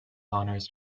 honours